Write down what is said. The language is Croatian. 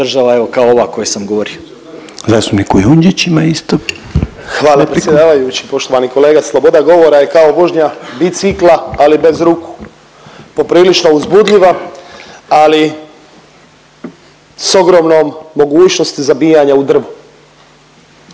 Kujundžić ima isto repliku. **Kujundžić, Ante (MOST)** Hvala predsjedavajući. Poštovani kolega, sloboda govora je kao vožnja bicikla, ali bez ruku, poprilično uzbudljiva, ali s ogromnom mogućnosti zabijanja u drvo.